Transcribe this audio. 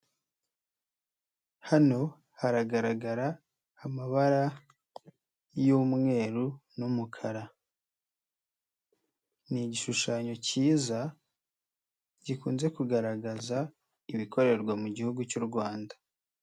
Hano haragaragara amabara y'umweru n'umukara, ni igishushanyo cyiza gikunze kugaragaza ibikorerwa mu gihugu cy'u Rwanda.